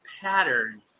pattern